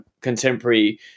contemporary